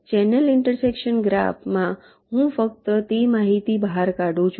channel intersection ગ્રાફમાં હું ફક્ત તે માહિતીને બહાર કાઢું છું